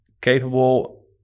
capable